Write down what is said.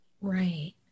Right